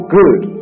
good